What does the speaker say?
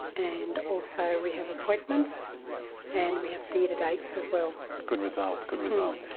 and also we have appointments and we have theatre dates as well. good result, good result.